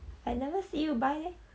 I never see you buy leh